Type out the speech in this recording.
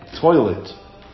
toilet